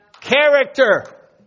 Character